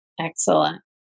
excellent